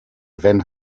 van